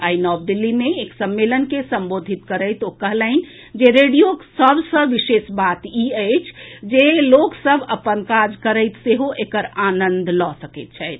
आई नव दिल्ली मे एक सम्मेलन के संबोधित करैत ओ कहलनि जे रेडियोक सभ सँ विशेष बात इ अछि जे लोक सभ अपन काज करैत सेहो एकर आनंद लऽ सकैत छथि